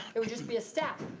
it would just be a stack.